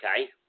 Okay